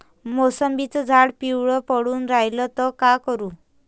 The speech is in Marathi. मोसंबीचं झाड पिवळं पडून रायलं त का करू?